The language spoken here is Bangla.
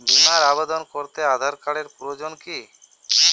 বিমার আবেদন করতে আধার কার্ডের প্রয়োজন কি?